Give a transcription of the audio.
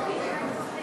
התשע"ו 2016, נתקבל.